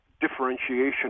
differentiation